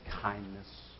kindness